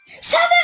Seven